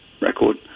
record